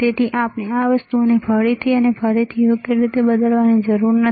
તેથી આપણે આ વસ્તુઓને ફરીથી અને ફરીથી યોગ્ય રીતે બદલવાની જરૂર નથી